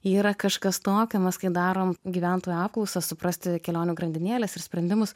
yra kažkas tokio mes kai darom gyventojų apklausą suprasti kelionių grandinėles ir sprendimus